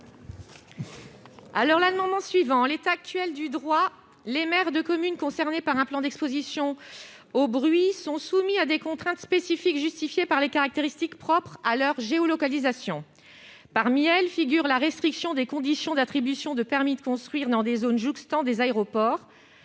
est à Mme Toine Bourrat. En l'état actuel du droit, les maires des communes concernées par un plan d'exposition au bruit sont soumis à des contraintes spécifiques justifiées par les caractéristiques propres à leur géolocalisation. Parmi celles-ci figure la restriction des conditions d'attribution de permis de construire dans les zones jouxtant des aéroports